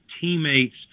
teammates